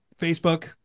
facebook